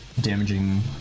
Damaging